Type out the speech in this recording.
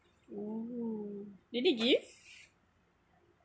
!woo! did they give